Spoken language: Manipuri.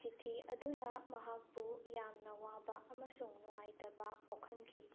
ꯆꯤꯊꯤ ꯑꯗꯨꯅ ꯃꯍꯥꯛꯄꯨ ꯌꯥꯝꯅ ꯋꯥꯕ ꯑꯃꯁꯨꯡ ꯅꯨꯡꯉꯥꯏꯇꯕ ꯄꯣꯛꯍꯟꯈꯤ